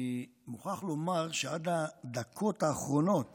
אני מוכרח לומר שעד הדקות האחרונות